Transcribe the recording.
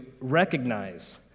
recognize